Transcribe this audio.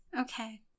Okay